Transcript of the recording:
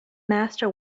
master